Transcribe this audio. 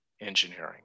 engineering